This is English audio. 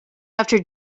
after